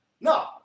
No